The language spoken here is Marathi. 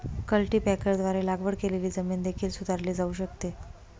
कल्टीपॅकरद्वारे लागवड केलेली जमीन देखील सुधारली जाऊ शकते